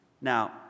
Now